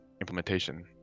implementation